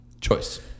choice